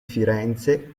firenze